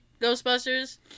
Ghostbusters